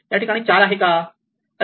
या ठिकाणी 4 का आहे